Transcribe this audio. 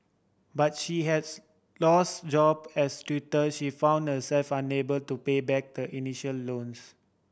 but she has lose job as tutor she found herself unable to pay back the initial loans